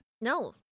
No